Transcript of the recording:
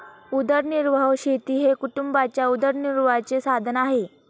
उदरनिर्वाह शेती हे कुटुंबाच्या उदरनिर्वाहाचे साधन आहे